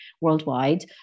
worldwide